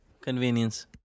Convenience